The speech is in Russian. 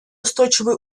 устойчивый